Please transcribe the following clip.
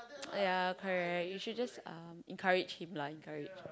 yeah correct you should just um encourage him lah encourage